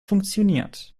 funktioniert